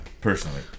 personally